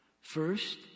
First